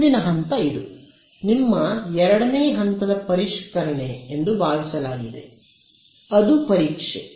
ಮುಂದಿನ ಹಂತ ಇದು ನಿಮ್ಮ 2 ನೇ ಹಂತದ ಪರಿಷ್ಕರಣೆ ಎಂದು ಭಾವಿಸಲಾಗಿದೆ ಅದು ಪರೀಕ್ಷೆ